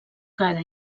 cada